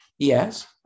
Yes